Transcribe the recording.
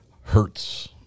hurts